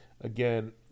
again